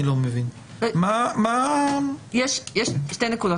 יש שתי נקודות.